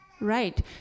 Right